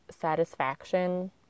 satisfaction